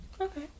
Okay